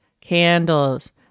candles